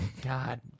God